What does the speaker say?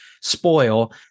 spoil